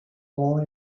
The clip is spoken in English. more